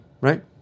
right